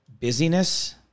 busyness